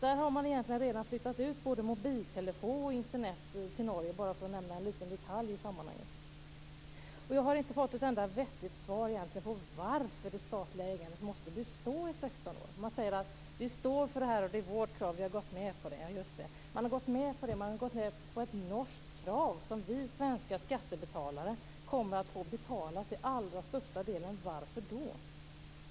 Man har egentligen redan flyttat ut både mobiltelefoni och Internet till Norge, bara för att nämna en liten detalj i sammanhanget. Jag har egentligen inte fått ett enda vettigt svar på varför det statliga ägandet måste bestå i 16 år. Man säger: Vi står för det här. Det är vårt krav. Vi har gått med på det. Just det, man har gått med på ett norskt krav som vi svenska skattebetalare kommer att få betala till allra största delen. Varför?